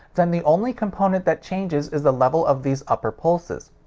then the only component that changes is the level of these upper pulses.